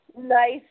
nice